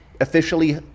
officially